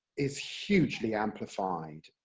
is hugely amplified,